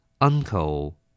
Uncle